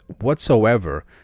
whatsoever